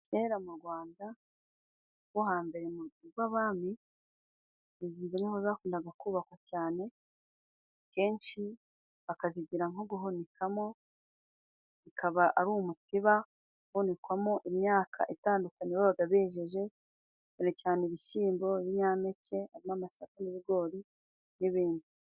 Kera mu Rwanda rwo hambere rw'abami, izi nzu niho zakundaga kubakwa cyane kenshi bakazigira nko gu guhunikamo ,bikaba ari umutiba uhunikwamo imyaka itandukanye babaga bejeje cyane cyane ibishyimbo ibinyampeke n'amasaka n'ibigori n'ibindi.